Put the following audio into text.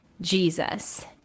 Jesus